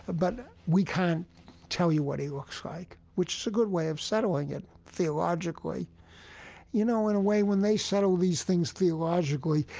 ah but we can't tell you what he looks like. which is a good way of settling it theologically you know, in a way when they settle these things theologically,